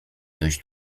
dość